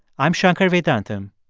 i'm shankar vedantam,